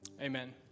Amen